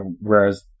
whereas